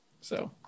So-